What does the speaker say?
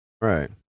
right